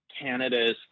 Canada's